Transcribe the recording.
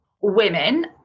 women